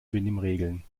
benimmregeln